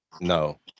no